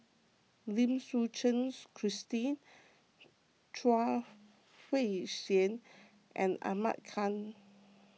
Lim Suchen Christine Chuang Hui Tsuan and Ahmad Khan